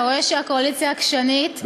אתה רואה שהקואליציה עקשנית,